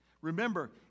Remember